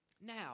Now